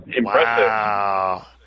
Wow